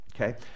Okay